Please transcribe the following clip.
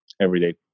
everyday